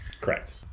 Correct